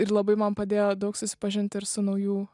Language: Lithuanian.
ir labai man padėjo daug susipažint ir su naujų